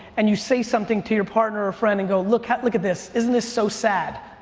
and you say something to your partner or friend and go, look at look at this. isn't this so sad?